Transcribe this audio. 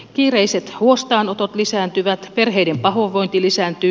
kiireiset huostaanotot lisääntyvät perheiden pahoinvointi lisääntyy